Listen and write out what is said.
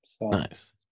Nice